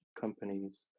companies